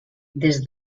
des